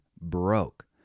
broke